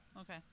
Okay